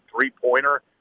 three-pointer